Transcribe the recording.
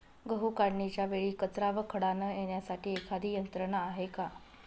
गहू काढणीच्या वेळी कचरा व खडा न येण्यासाठी एखादी यंत्रणा आहे का?